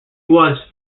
was